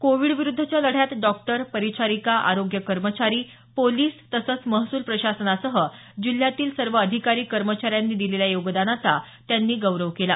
Covid विरुद्धच्या लढ्यात doctor परिचारिका आरोग्य कर्मचारी पोलीस तसंच महसूल प्रशासनासह जिल्ह्यातील सर्व अधिकारी कर्मचाऱ्यांनी दिलेल्या योगदानाचा त्यांनी गौरव केला